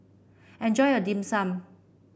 enjoy your Dim Sum